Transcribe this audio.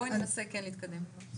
בואי ננסה כן להתקדם.